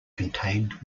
contained